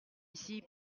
ici